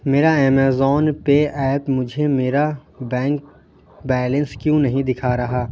میرا Amazon pay app مجھے میرا بینک بیلنس کیوں نہیں دکھا رہا